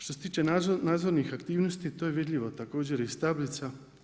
Što se tiče nadzornih aktivnosti to je vidljivo također iz tablica.